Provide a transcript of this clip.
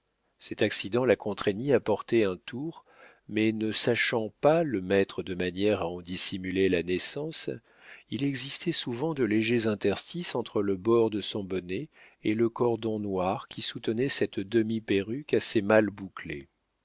cet accident la contraignait à porter un tour mais ne sachant pas le mettre de manière à en dissimuler la naissance il existait souvent de légers interstices entre le bord de son bonnet et le cordon noir qui soutenait cette demi perruque assez mal bouclée